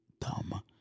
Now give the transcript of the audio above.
Dumb